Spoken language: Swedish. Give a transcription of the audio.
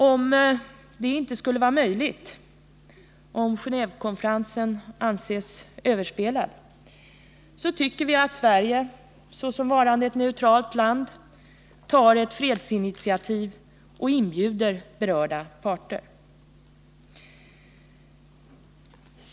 Om detta inte skulle vara möjligt utan Gen&vekonferensen anses överspelad, tycker vi att Sverige såsom varande ett neutralt land skall ta ett fredsinitiativ och inbjuda berörda parter.